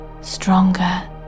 stronger